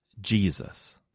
Jesus